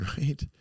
right